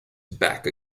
back